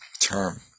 term